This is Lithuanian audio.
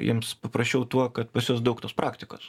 jiems paprasčiau tuo kad pas juos daug tos praktikos